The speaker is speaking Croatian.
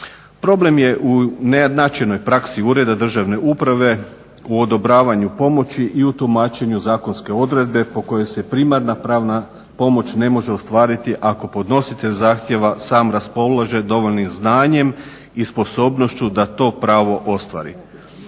Problem je u neujednačenoj praksi ureda državne uprave u odobravanju pomoći i u tumačenju zakonske odredbe po kojoj se primarna pravna pomoć ne može ostvariti ako podnositelj zahtjeva sam raspolaže dovoljnim znanjem i sposobnošću da to pravo ostvari.